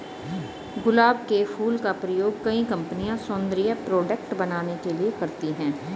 गुलाब के फूल का प्रयोग कई कंपनिया सौन्दर्य प्रोडेक्ट बनाने के लिए करती है